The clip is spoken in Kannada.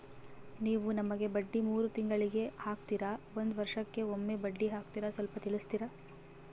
ನೀವು ನಮಗೆ ಬಡ್ಡಿ ಮೂರು ತಿಂಗಳಿಗೆ ಹಾಕ್ತಿರಾ, ಒಂದ್ ವರ್ಷಕ್ಕೆ ಒಮ್ಮೆ ಬಡ್ಡಿ ಹಾಕ್ತಿರಾ ಸ್ವಲ್ಪ ತಿಳಿಸ್ತೀರ?